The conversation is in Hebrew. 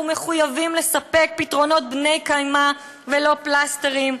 אנחנו מחויבים לספק פתרונות בני-קיימא ולא פלסטרים.